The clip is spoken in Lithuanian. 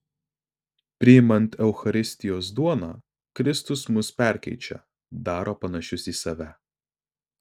priimant eucharistijos duoną kristus mus perkeičia daro panašius į save